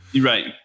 Right